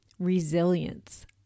resilience